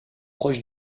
proche